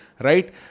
right